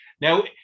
Now